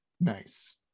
Nice